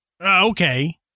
okay